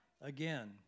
again